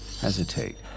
hesitate